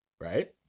right